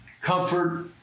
comfort